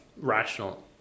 rational